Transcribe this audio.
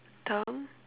term